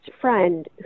friend